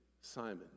Simon